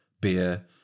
beer